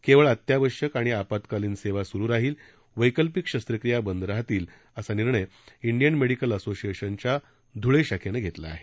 केवळ अत्यावश्यक आणि आपात्कालिन सेवा सुरू राहील वक्कल्पिक शस्त्रक्रिया बंद राहतील असा निर्णय इंडियन मेडिकल असोसिएशनच्या ध्ळे शाखेने घेतला आहे